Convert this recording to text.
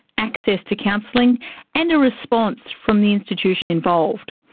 access to counselling and a response from the institution involved.